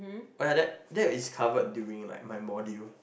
why like that that is cover during like my module